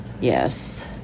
yes